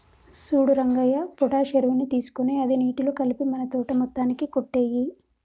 సూడు రంగయ్య పొటాష్ ఎరువుని తీసుకొని అది నీటిలో కలిపి మన తోట మొత్తానికి కొట్టేయి